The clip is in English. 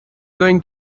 going